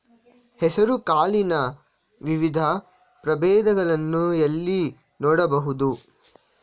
ಹೆಸರು ಕಾಳಿನ ವಿವಿಧ ಪ್ರಭೇದಗಳನ್ನು ಎಲ್ಲಿ ನೋಡಬಹುದು?